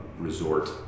resort